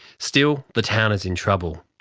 still the town is in trouble.